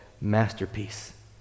masterpiece